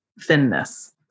thinness